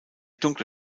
dunkle